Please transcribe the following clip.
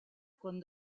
con